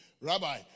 Rabbi